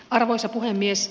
arvoisa puhemies